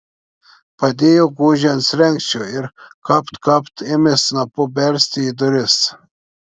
padėjo gūžį ant slenksčio ir kapt kapt ėmė snapu belsti į duris